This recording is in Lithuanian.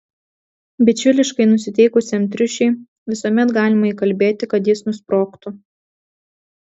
bičiuliškai nusiteikusiam triušiui visuomet galima įkalbėti kad jis nusprogtų